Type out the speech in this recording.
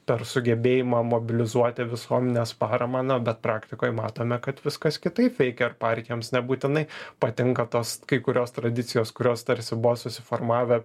per sugebėjimą mobilizuoti visuomenės paramą na bet praktikoj matome kad viskas kitaip veikia ir partijoms nebūtinai patinka tos kai kurios tradicijos kurios tarsi buvo susiformavę